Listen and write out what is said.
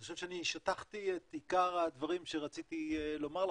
חושב שאני שטחתי את עיקר הדברים שרציתי לומר לכם.